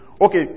Okay